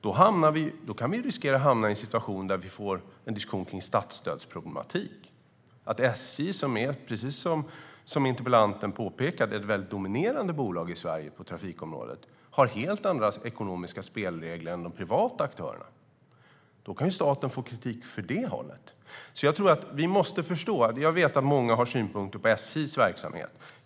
Då riskerar vi att hamna i en situation där vi får en diskussion kring statsstödsproblematik och att SJ, som precis som interpellanten påpekade är ett dominerande bolag på trafikområdet i Sverige, har helt andra ekonomiska spelregler än de privata aktörerna. Då kan staten få kritik för det i stället. Jag vet att många har synpunkter på SJ:s verksamhet.